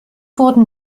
wurden